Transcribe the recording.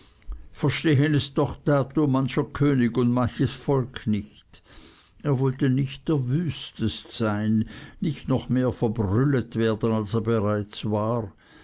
verstehen es doch dato mancher könig und manches volk nicht er wollte nicht der wüstest sein nicht noch mehr verbrüllet werden als er bereits war